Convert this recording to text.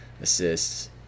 assists